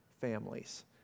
families